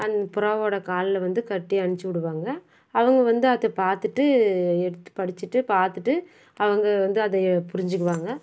அந்த புறாவோடய காலில் வந்து கட்டி அம்ச்சு விடுவாங்க அவங்க வந்து அதை பார்த்துட்டு எடுத்து படித்துட்டு பார்த்துட்டு அவங்க வந்து அதை புரிஞ்சுக்குவாங்க